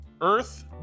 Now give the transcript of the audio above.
Earth